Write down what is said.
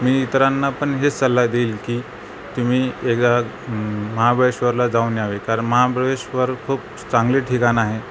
मी इतरांना पण हेच सल्ला देईल की तुम्ही एकदा महाबळेश्वरला जाऊन यावे कारण महाबळेश्वर खूप चांगले ठिकाण आहे